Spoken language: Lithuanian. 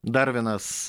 dar vienas